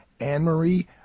Anne-Marie